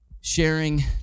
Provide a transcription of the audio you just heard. Sharing